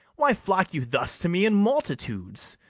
why flock you thus to me in multitudes?